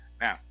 now